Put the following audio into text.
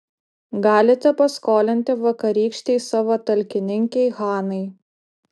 galite paskolinti vakarykštei savo talkininkei hanai